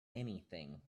anything